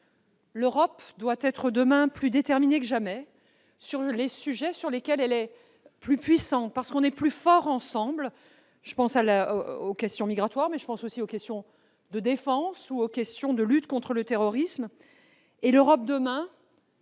L'Europe doit être demain plus déterminée que jamais sur les sujets à propos desquels elle est puissante, tout simplement parce qu'on est plus forts ensemble : je pense aux questions migratoires, mais aussi aux questions de défense ou encore aux questions de lutte contre le terrorisme. L'Europe demain,